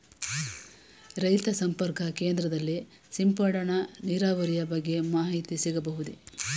ರೈತ ಸಂಪರ್ಕ ಕೇಂದ್ರದಲ್ಲಿ ಸಿಂಪಡಣಾ ನೀರಾವರಿಯ ಬಗ್ಗೆ ಮಾಹಿತಿ ಸಿಗಬಹುದೇ?